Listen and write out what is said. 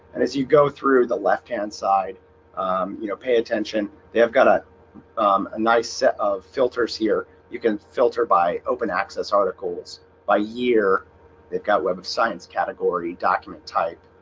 and as you go through the left-hand side you know pay attention. they've got a nice set of filters here. you can filter by open access articles by year they've got web of science category document type